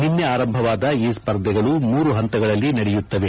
ನಿನ್ನೆ ಆರಂಭವಾದ ಈ ಸ್ಪರ್ಧೆಗಳು ಮೂರು ಪಂತಗಳಲ್ಲಿ ನಡೆಯುತ್ತವೆ